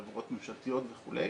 חברות ממשלתיות וכו'.